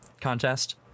contest